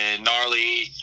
gnarly